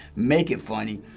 make it funny,